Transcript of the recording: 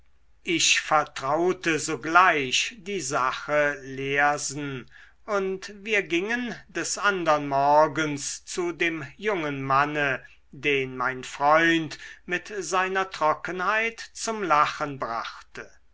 ich vertraute sogleich die sache lersen und wir gingen des andern morgens zu dem jungen manne den mein freund mit seiner trockenheit zum lachen brachte